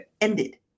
ended